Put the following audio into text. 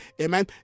amen